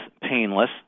painless